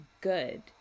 good